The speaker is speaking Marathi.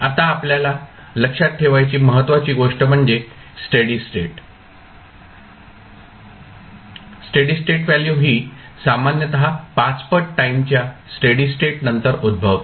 आता आपल्याला लक्षात ठेवायची महत्वाची गोष्ट म्हणजे स्टेडी स्टेट व्हॅल्यू ही सामान्यत 5 पट टाईमच्या स्टेडी स्टेट नंतर उद्भवते